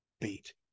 beat